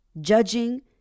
judging